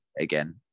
again